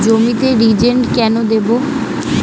জমিতে রিজেন্ট কেন দেবো?